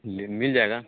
ले मिल जाएगा